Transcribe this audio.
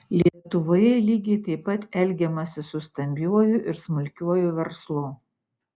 lietuvoje lygiai taip pat elgiamasi su stambiuoju ir smulkiuoju verslu